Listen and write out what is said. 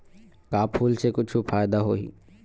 का फूल से कुछु फ़ायदा होही?